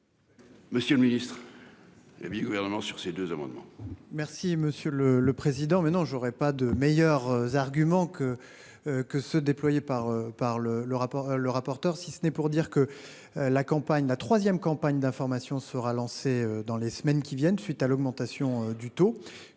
Monsieur le Ministre. Et bien gouvernement sur ces deux amendements. Merci monsieur le le président mais non j'aurais pas de meilleur argument que. Que ceux déployés par par le le rapport le rapporteur, si ce n'est pour dire que. La campagne la 3ème campagne d'information sera lancée dans les semaines qui viennent. Suite à l'augmentation du taux,